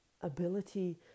ability